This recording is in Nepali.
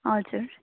हजुर